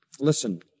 Listen